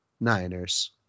Niners